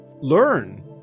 learn